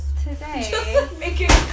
Today